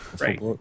right